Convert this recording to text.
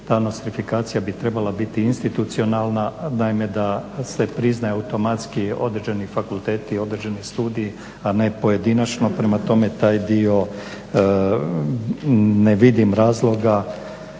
ta nostrifikacija bi trebala biti institucionalna. Naime, da se priznaje automatski određeni fakulteti, određeni studiji, a ne pojedinačno. Prema tome, taj dio ne vidim razloga